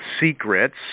secrets